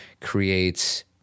creates